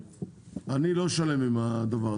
אני לא שלם עם הדבר הזה,